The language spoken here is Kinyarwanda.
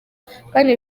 kandi